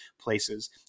places